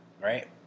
right